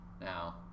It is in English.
Now